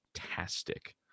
fantastic